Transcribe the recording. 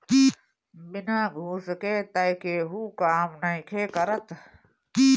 बिना घूस के तअ केहू काम नइखे करत